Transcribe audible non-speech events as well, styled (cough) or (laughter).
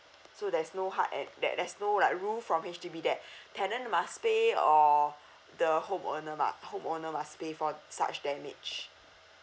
so there's no heart at there there's no like room from H_D_B there (breath) tenant must pay or (breath) the home owner mu~ home owner must pay for such damage